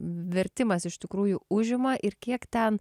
vertimas iš tikrųjų užima ir kiek ten